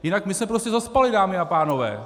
Jinak my jsme prostě zaspali, dámy a pánové!